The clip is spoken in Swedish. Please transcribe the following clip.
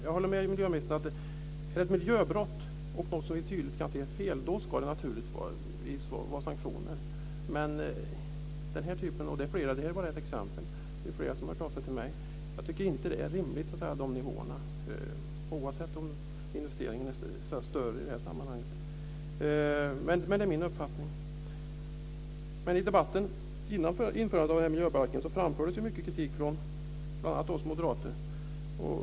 Jag håller med miljöministern att det vid ett miljöbrott, ett tydligt fel, naturligtvis ska vara sanktioner. Det här är bara ett exempel. Det är flera som har hört av sig till mig. Jag tycker inte att nivåerna är rimliga oavsett om investeringen är större i det här sammanhanget. Men det är min uppfattning. I debatten inför miljöbalken framfördes mycket kritik från bl.a. oss moderater.